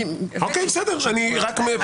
אני רק תמה.